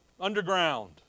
underground